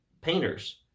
painters